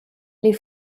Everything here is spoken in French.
les